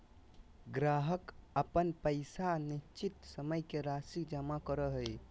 ग्राहक अपन पैसा निश्चित समय के राशि जमा करो हइ